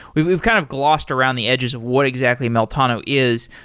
we've we've kind of glossed around the edges of what exactly meltano is.